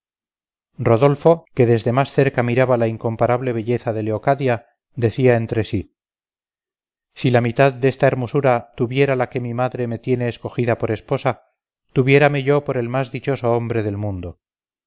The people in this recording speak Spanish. rodolfo que desde más cerca miraba la incomparable belleza de leocadia decía entre sí si la mitad desta hermosura tuviera la que mi madre me tiene escogida por esposa tuviérame yo por el más dichoso hombre del mundo